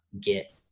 get